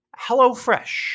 HelloFresh